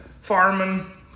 farming